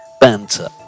banter